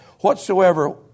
Whatsoever